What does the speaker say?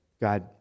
God